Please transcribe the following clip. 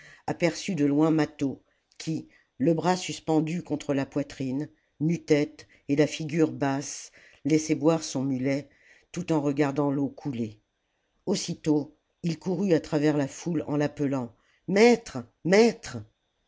aperçut de loin mâtho qui le bras suspendu contre la poitrine nu-tête et la figure basse laissait boire son mulet tout en regardant l'eau couler aussitôt il courut à travers la foule en l'appelant maître maître